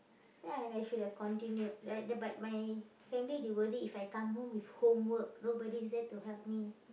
then I like should have continued right but my family they worry If I come home with homework nobody is there to help me